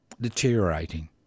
deteriorating